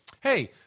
hey